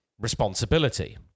responsibility